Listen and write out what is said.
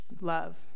love